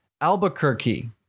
Albuquerque